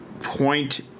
point